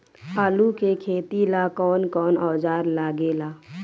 आलू के खेती ला कौन कौन औजार लागे ला?